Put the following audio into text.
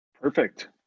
Perfect